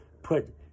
put